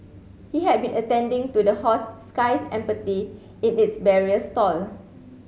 he had been attending to the horse Sky Empathy in its barrier stall